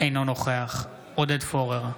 אינו נוכח עודד פורר,